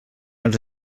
als